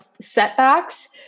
setbacks